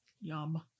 Yum